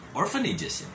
orphanages